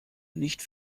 nicht